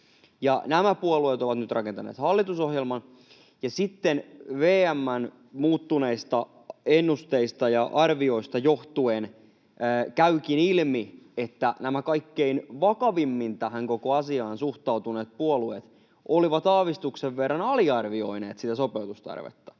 Nämä puolueet ovat nyt rakentaneet hallitusohjelman. Ja kun sitten VM:n muuttuneista ennusteista ja arvioista johtuen kävikin ilmi, että nämä kaikkein vakavimmin tähän koko asiaan suhtautuneet puolueet olivat aavistuksen verran aliarvioineet sitä sopeutustarvetta,